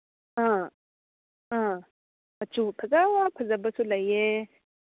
ꯑꯥ ꯑꯥ ꯃꯆꯨ ꯐꯖ ꯐꯖꯕꯁꯨ ꯂꯩꯌꯦ